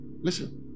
Listen